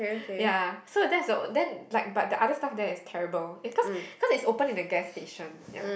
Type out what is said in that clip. ya so that's the then like but the other stuff there is terrible eh cause cause it's opened in the gas station ya